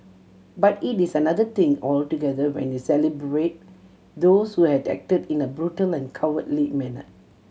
but it is another thing altogether when you celebrate those who had acted in a brutal and cowardly manner